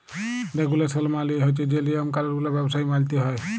রেগুলেসল মালে হছে যে লিয়ম কালুল গুলা ব্যবসায় মালতে হ্যয়